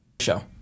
Show